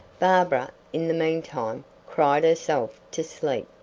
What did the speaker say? barbara, in the meantime, cried herself to sleep,